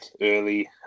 early